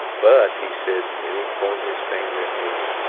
but, he says, and he pointed his finger at me.